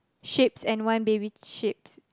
sheeps and one baby sheeps